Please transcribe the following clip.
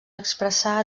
expressar